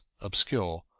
obscure